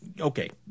Okay